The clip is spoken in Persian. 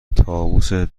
طاووسی